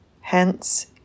Hence